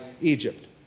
Egypt